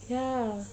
ya